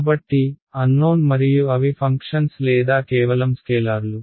కాబట్టి అన్నోన్ మరియు అవి ఫంక్షన్స్ లేదా కేవలం స్కేలర్లు